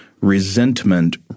resentment